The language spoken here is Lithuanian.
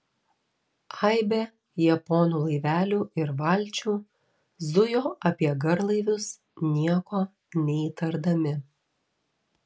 aibė japonų laivelių ir valčių zujo apie garlaivius nieko neįtardami